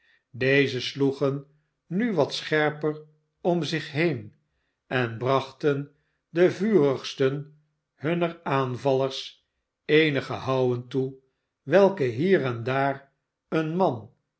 deze sloegen nu wat scherper om zich heen en brachten de vurigsten hunner aanvallera eenige houwen toe welke hier en daar een man